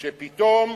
שפתאום,